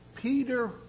Peter